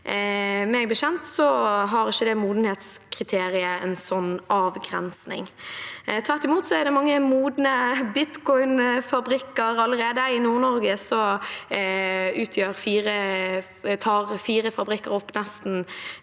Meg bekjent har ikke det modenhetskriteriet en sånn avgrensning. Tvert imot er det mange modne bitcoinfabrikker allerede. I Nord-Norge tar fire fabrikker opp